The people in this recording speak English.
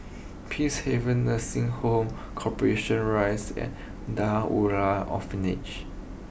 Peacehaven Nursing Home Corporation Rise and Orphanage